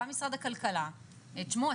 גם משרד הכלכלה: תשמעו,